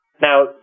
Now